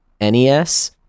NES